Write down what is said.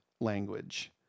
language